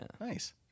nice